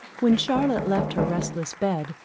when charlotte left her restless bed,